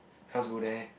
how's go there